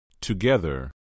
together